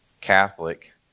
Catholic